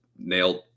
nailed